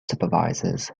supervisors